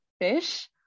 fish